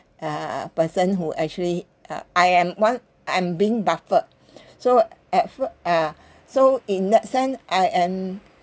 uh person who actually uh I am one I'm being buffered so at first uh so in that sense I am